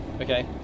Okay